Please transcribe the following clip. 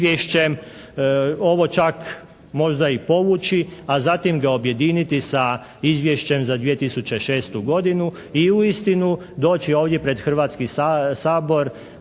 Ovo čak možda i povući. A zatim ga objediniti sa izvješćem za 2006. godinu i, uistinu doći ovdje pred Hrvatski sabor